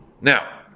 Now